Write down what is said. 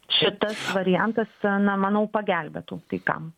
šitas variantas na manau pagelbėtų kai kam